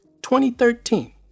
2013